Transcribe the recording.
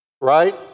Right